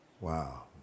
Wow